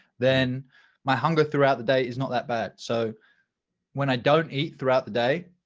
then my hunger throughout the day is not that bad. so when i don't eat throughout the day,